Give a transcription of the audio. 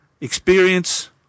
experience